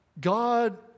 God